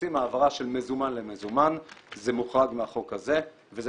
כשמבצעים העברה של מזומן למזומן זה מוחרג מהחוק הזה וזה